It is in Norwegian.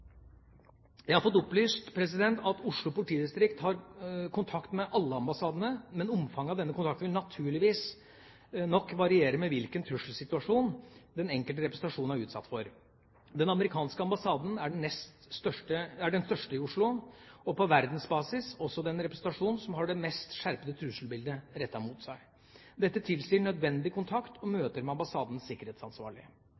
Jeg har fått opplyst at Oslo politidistrikt har kontakt med alle ambassadene, men omfanget av denne kontakten vil naturlig nok variere med hvilken trusselsituasjon den enkelte representasjon er utsatt for. Den amerikanske ambassaden er den største i Oslo, og på verdensbasis også den representasjonen som har det mest skjerpede trusselbildet rettet mot seg. Dette tilsier nødvendig kontakt og